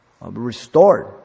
restored